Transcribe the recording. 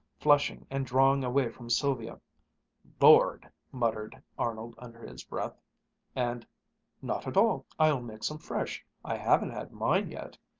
flushing and drawing away from sylvia lord! muttered arnold under his breath and not at all. i'll make some fresh. i haven't had mine yet,